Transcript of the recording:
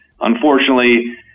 unfortunately